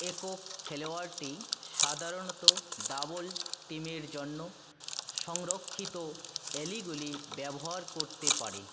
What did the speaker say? একক খেলোয়াড়টি সাধারণত ডাবলস টিমের জন্য সংরক্ষিত অ্যালিগুলি ব্যবহার করতে পারে